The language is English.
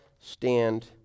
stand